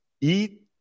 eat